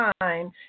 time